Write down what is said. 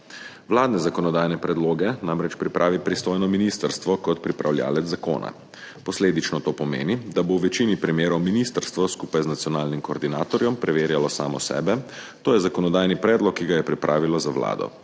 Vladne zakonodajne predloge namreč pripravi pristojno ministrstvo kot pripravljavec zakona. Posledično to pomeni, da bo v večini primerov ministrstvo skupaj z nacionalnim koordinatorjem preverjalo samo sebe. To je zakonodajni predlog, ki ga je pripravilo za Vlado.